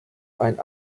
ein